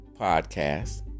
podcast